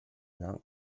not